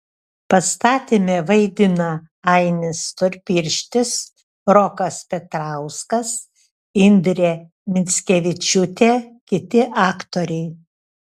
pastatyme vaidina ainis storpirštis rokas petrauskas indrė mickevičiūtė kiti aktoriai